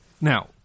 now